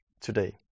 today